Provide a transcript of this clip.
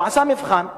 הוא עשה מבחן,